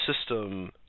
system